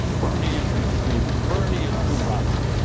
bernie is an extremist. bernie is too radical.